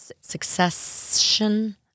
Succession